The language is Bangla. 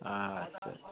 আচ্ছা